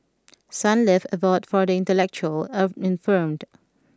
Sunlove Abode for the Intellectually of Infirmed